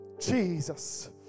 Jesus